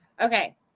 Okay